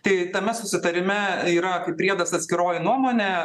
tai tame susitarime yra kaip priedas atskiroji nuomonė